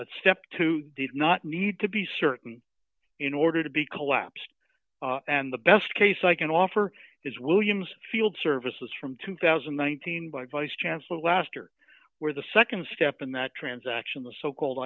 that step two did not need to be certain in order to be collapsed and the best case i can offer is williams field services from two thousand and one teen by vice chancellor last or where the nd step in that transaction the so called